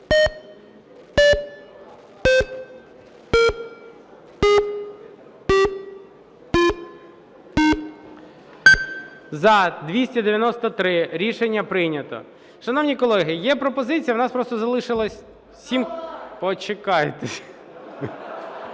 За-293 Рішення прийнято. Шановні колеги, є пропозиція, у нас просто залишилося сім… Почекайте,